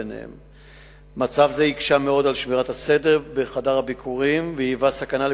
3. מה ייעשה כדי לבטל הוראה זו?